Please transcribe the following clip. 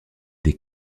des